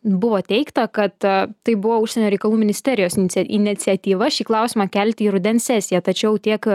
buvo teigta kad tai buvo užsienio reikalų ministerijos inic iniciatyva šį klausimą kelti į rudens sesiją tačiau tiek